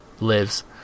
lives